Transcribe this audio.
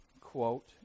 quote